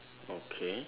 okay